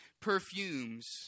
perfumes